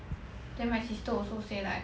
then my sister also say like